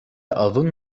أظن